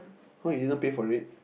oh you didn't pay for it